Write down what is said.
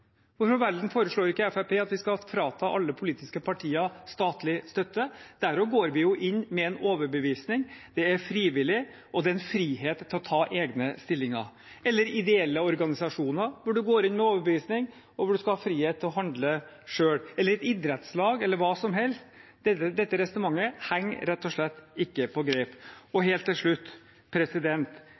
Hvorfor i all verden foreslår ikke Fremskrittspartiet at vi skal frata alle politiske partier statlig støtte? Der også går vi jo inn med en overbevisning, det er frivillig, og det er en frihet til å innta egne stillinger. Eller hva med ideelle organisasjoner, hvor man går inn med overbevisning, og hvor man skal ha frihet til å handle selv? Hva med idrettslag eller hva som helst? Dette resonnementet henger rett og slett ikke på greip. Helt til slutt,